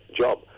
job